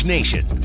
Nation